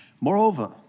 Moreover